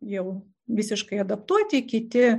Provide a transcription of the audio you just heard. jau visiškai adaptuoti kiti